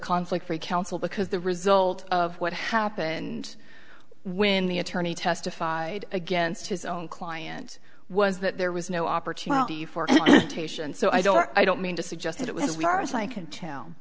conflict free council because the result of what happened when the attorney testified against his own client was that there was no opportunity for patience so i don't i don't mean to suggest that it was we are as i can tell